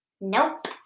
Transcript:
Nope